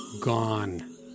Gone